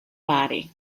body